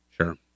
Sure